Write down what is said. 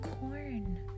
corn